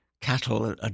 Cattle